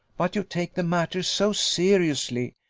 but you take the matter so seriously,